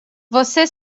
você